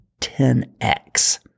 10x